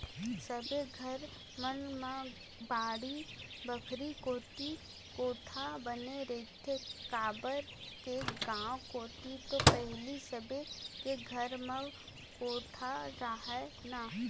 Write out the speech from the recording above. सबे घर मन म बाड़ी बखरी कोती कोठा बने रहिथे, काबर के गाँव कोती तो पहिली सबे के घर म कोठा राहय ना